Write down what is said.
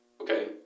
Okay